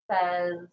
says